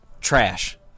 Trash